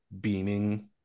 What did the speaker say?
beaming